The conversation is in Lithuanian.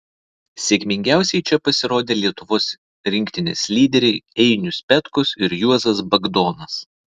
sėkmingiausiai čia pasirodė lietuvos rinktinės lyderiai einius petkus ir juozas bagdonas